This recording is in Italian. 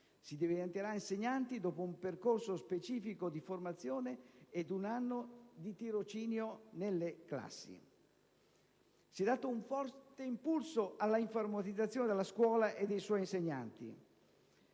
si diventerà insegnanti dopo un percorso specifico di formazione ed un anno di tirocinio nelle classi. Si è dato un forte impulso alla informatizzazione della scuola e dei suoi insegnanti.